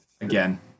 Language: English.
again